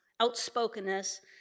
outspokenness